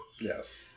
Yes